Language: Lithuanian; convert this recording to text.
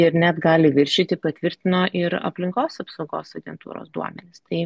ir net gali viršyti patvirtino ir aplinkos apsaugos agentūros duomenys tai